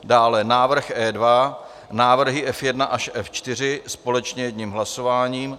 Dále návrh E2, návrhy F1 až F4 společně jedním hlasováním.